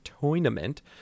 Tournament